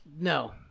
No